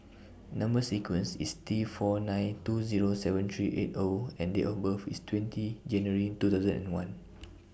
Number sequence IS T four nine two Zero seven three eight O and Date of birth IS twentyJanuary two thousand and one